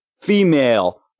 Female